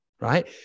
right